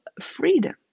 freedom